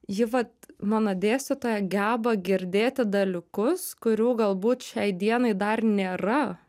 ji vat mano dėstytoja geba girdėti dalykus kurių galbūt šiai dienai dar nėra